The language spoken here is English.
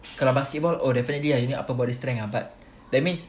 kalau basketball oh definitely ah you need upper body strength ah but that means